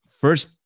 First